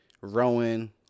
Rowan